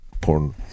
porn